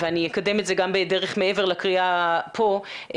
ואקדם את זה גם מעבר לקריאה פה,